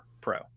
pro